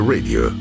Radio